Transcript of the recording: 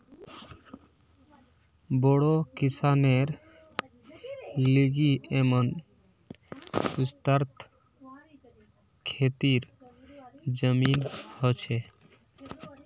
बोड़ो किसानेर लिगि येमं विस्तृत खेतीर जमीन ह छे